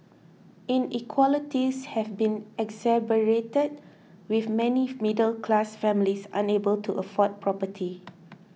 inequalities have been exacerbated with many middle class families unable to afford property